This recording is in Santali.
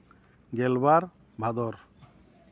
ᱜᱮᱞᱵᱟᱨ ᱵᱷᱟᱫᱚᱨ